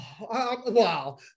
Wow